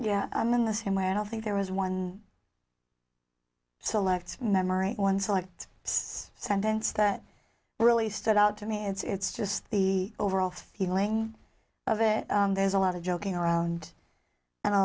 overall in the same way i don't think there was one select memory one select sentence that really stood out to me it's just the overall feeling of it there's a lot of joking around and a